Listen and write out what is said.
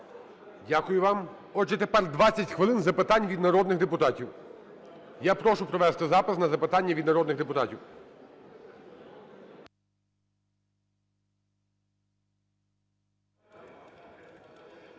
Дякую вам. Отже, тепер 20 хвилин запитань від народних депутатів. Я прошу провести запис на запитання від народних депутатів.